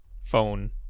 phone